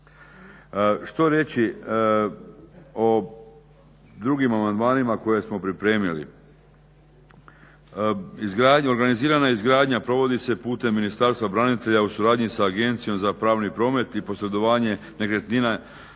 Što reći o drugim amandmanima koje smo pripremili? Organizirana izgradnja provodi se putem Ministarstva branitelja u suradnji sa Agencijom za pravni promet i posjedovanje nekretnina